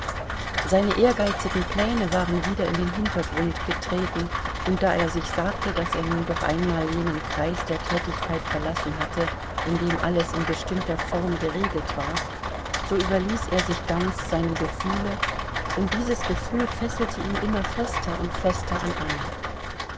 seine ehrgeizigen pläne waren wieder in den hintergrund getreten und da er sich sagte daß er nun doch einmal jenen kreis der tätigkeit verlassen hatte in dem alles in bestimmter form geregelt war so überließ er sich ganz seinem gefühle und dieses gefühl fesselte ihn immer fester und fester an anna